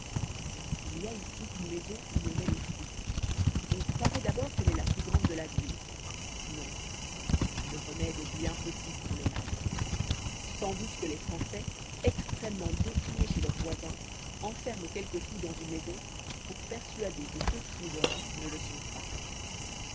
il y a ici une maison où l'on met les fous on croiroit d'abord qu'elle est la plus grande de la ville non le remède est bien petit pour le mal sans doute que les françois extrêmement décriés chez leurs voisins enferment quelques fous dans une maison pour persuader que ceux qui sont dehors ne le sont pas